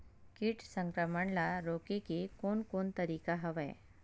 कीट संक्रमण ल रोके के कोन कोन तरीका हवय?